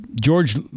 George